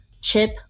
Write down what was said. chip